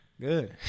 good